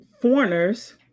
foreigners